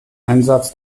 einsatz